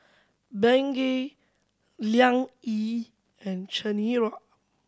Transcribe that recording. Bengay Liang Yi and Chanira